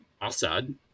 Assad